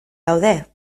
gaude